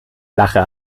lache